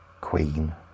queen